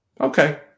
Okay